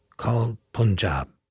called punjab.